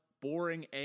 boring